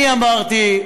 אני אמרתי,